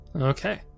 Okay